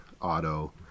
auto